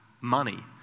money